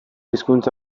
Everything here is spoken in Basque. hizkuntza